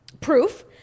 proof